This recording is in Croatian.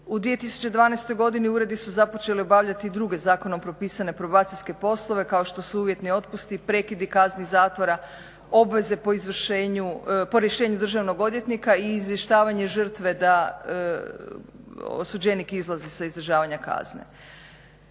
U 2012. godini uredi su započeli obavljati druge zakonom propisane probacijske poslove kao što su uvjetni otpusti, prekidi kazni zatvora, obveze po izvršenju, po rješenju državnog odvjetnika i izvještavanje žrtve da osuđenih izlazi sa izdržavanja kazne.